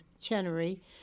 Chenery